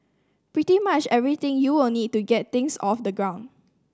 pretty much everything you will need to get things off the ground